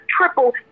triple